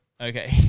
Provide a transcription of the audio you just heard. okay